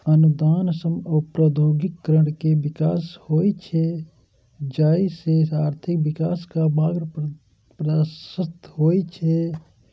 अनुदान सं औद्योगिकीकरण के विकास होइ छै, जइसे आर्थिक विकासक मार्ग प्रशस्त होइ छै